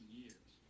years